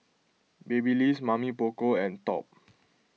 Babyliss Mamy Poko and Top